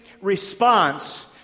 response